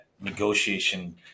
negotiation